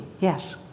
yes